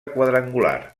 quadrangular